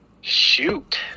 Shoot